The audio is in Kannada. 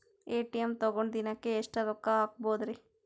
ಎ.ಟಿ.ಎಂ ತಗೊಂಡ್ ದಿನಕ್ಕೆ ಎಷ್ಟ್ ರೊಕ್ಕ ಹಾಕ್ಬೊದ್ರಿ?